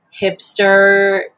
hipster